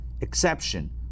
exception